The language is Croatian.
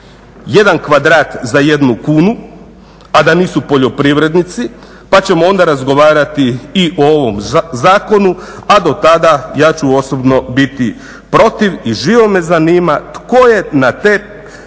jedan kvadrat za jednu kunu, a da nisu poljoprivrednici, pa ćemo onda razgovarati i o ovom zakonu, a dotada ja ću osobno biti protiv. I živo me zanima tko je na te